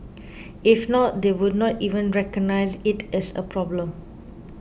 if not they would not even recognise it as a problem